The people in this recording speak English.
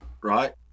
right